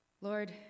Lord